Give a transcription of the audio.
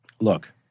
Look